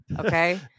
okay